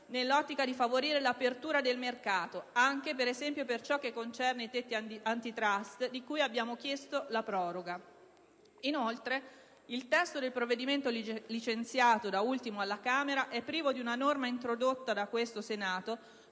nell'ottica di favorire l'apertura del mercato, anche, per esempio, per ciò che concerne i tetti *antitrust,* di cui abbiamo chiesto la proroga. Inoltre, il testo del provvedimento licenziato da ultimo alla Camera è privo di una norma, in precedenza